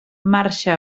marxa